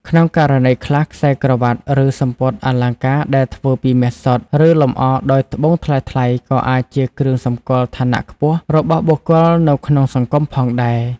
ក្នុងករណីខ្លះ ខ្សែក្រវាត់ ឬសំពត់អលង្ការដែលធ្វើពីមាសសុទ្ធ ឬលម្អដោយត្បូងថ្លៃៗ ក៏អាចជាគ្រឿងសម្គាល់ ឋានៈខ្ពស់ របស់បុគ្គលនៅក្នុងសង្គមផងដែរ។